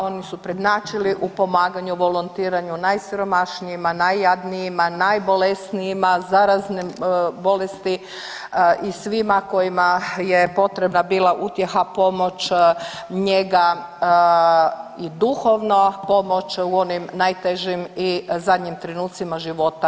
Oni su prednjačili u pomaganju, volontiranju najsiromašnijima, najjadnijima, najbolesnijima za razne bolesti i svima kojima je potrebna bila utjeha, pomoć, njega i duhovna pomoć u onim najtežim i zadnjim trenucima života.